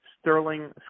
Sterling